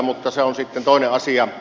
mutta se on sitten toinen asia